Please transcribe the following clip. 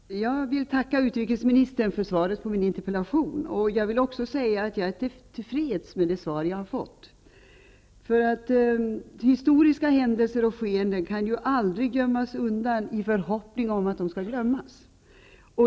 Fru talman! Jag vill tacka utrikesministern för svaret på min interpellation, och jag är till freds med det svar som jag har fått. Historiska händelser och skeenden kan ju aldrig gömmas undan i förhoppning om att de skall glömmas.